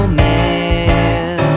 man